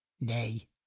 Nay